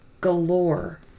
galore